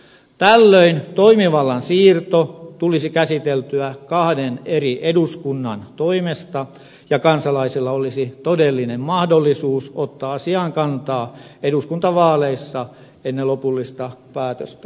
tällöin toimivallan siirto tulisi käsiteltyä kahden eri eduskunnan toimesta ja kansalaisilla olisi todellinen mahdollisuus ottaa asiaan kantaa eduskuntavaaleissa ennen lopullista päätöstä